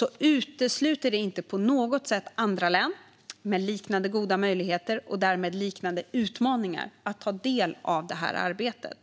men detta utesluter inte på något sätt andra län med liknande goda möjligheter och därmed liknande utmaningar från att ta del av arbetet.